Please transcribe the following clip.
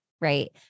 right